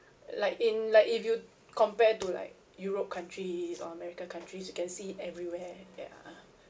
like in like if you compare to like europe countries or america countries you can see it everywhere ya